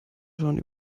schon